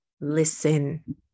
Listen